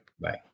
Bye